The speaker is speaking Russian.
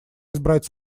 избрать